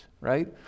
right